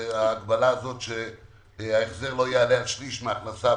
ההגבלה הזאת שההחזר לא יעלה על שליש מההכנסה הפנויה.